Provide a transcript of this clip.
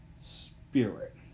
Spirit